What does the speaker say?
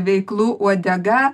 veiklų uodega